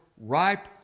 ripe